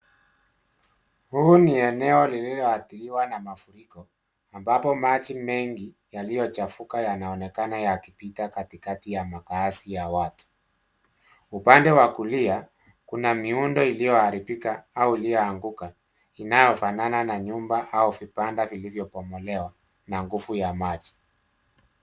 Huu ni eneo lililoathiriwa na mafuriko, ambapo maji mengi yaliyochafuka yanaonekana yakipita katikati ya makaazi ya watu. Upande wa kulia, kuna miundo iliyoharibika au iliyoanguka, inayofanana na nyumba au vibanda vilivyobomolewa, na nguvu ya maji.